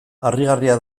harrigarria